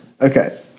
Okay